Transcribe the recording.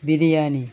biryani